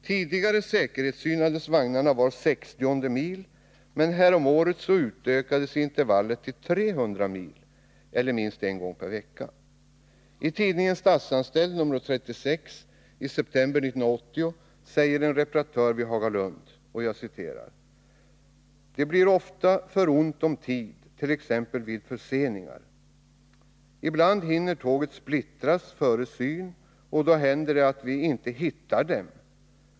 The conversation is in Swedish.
Tidigare säkerhetssynades vagnarna var 60:e mil, men härom året utökades intervallet till 300 mil eller minst en gång per vecka. I tidningen Statsanställd nr 36 i september 1980 säger en reparatör vid Hagalund: ”Det blir ofta för ont om tid t.ex. vid förseningar. Ibland hinner tågen splittras före syn och då händer det att vi inte hittar dem.